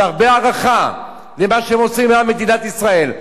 והרבה הערכה למה שהם עושים למדינת ישראל,